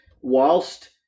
whilst